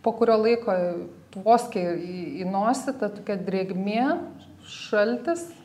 po kurio laiko tvoskia į į nosį ta tokia drėgmė šaltis